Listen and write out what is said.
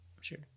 Sure